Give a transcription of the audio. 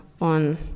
on